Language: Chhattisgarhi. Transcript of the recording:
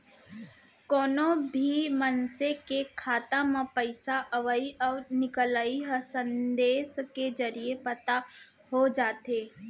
कोनो भी मनसे के खाता म पइसा अवइ अउ निकलई ह संदेस के जरिये पता हो जाथे